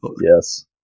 yes